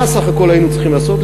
מה בסך הכול היינו צריכים לעשות?